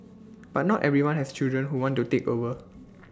but not everyone has children who want to take over